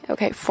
Okay